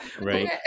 right